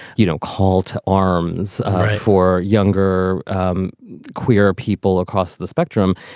you know, call to arms for younger um queer people across the spectrum.